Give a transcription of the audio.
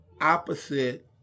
opposite